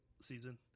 season